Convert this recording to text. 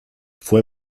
fue